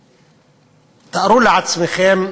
הכנסת, תארו לעצמכם,